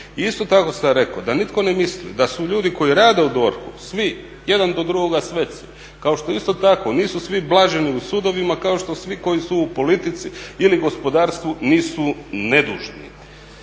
Isto tako sam rekao da nitko ne misli da su ljudi koji rade u DORH-u svi jedan do drugoga sveci, kao što isto tako nisu svi blaženi u sudovima, kao što svi koji su u politici ili gospodarstvu nisu nedužni.